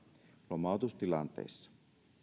lomautustilanteissa